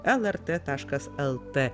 lrt taškas lt